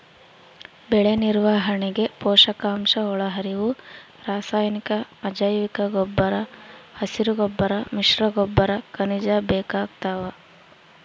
ಬೆಳೆನಿರ್ವಹಣೆಗೆ ಪೋಷಕಾಂಶಒಳಹರಿವು ರಾಸಾಯನಿಕ ಅಜೈವಿಕಗೊಬ್ಬರ ಹಸಿರುಗೊಬ್ಬರ ಮಿಶ್ರಗೊಬ್ಬರ ಖನಿಜ ಬೇಕಾಗ್ತಾವ